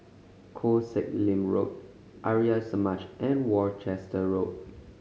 Koh Sek Lim Road Arya Samaj and Worcester Road